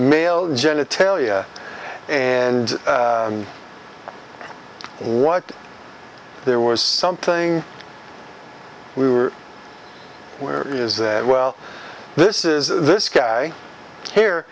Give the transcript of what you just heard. male genitalia and what there was something we were where is that well this is this guy